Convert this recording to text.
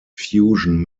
fusion